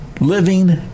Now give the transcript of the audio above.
living